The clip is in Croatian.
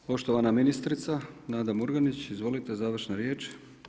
Poštovana ministrica Nada Murganić, izvolite završna riječ.